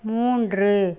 மூன்று